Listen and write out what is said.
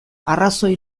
arrazoi